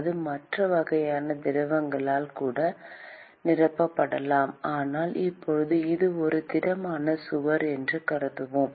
இது மற்ற வகையான திரவங்களால் கூட நிரப்பப்படலாம் ஆனால் இப்போது அது ஒரு திடமான சுவர் என்று கருதுவோம்